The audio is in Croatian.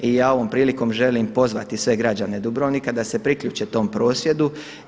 I ja ovom prilikom želim pozvati sve građane Dubrovnika da se priključe tom prosvjedu.